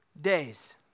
days